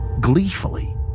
gleefully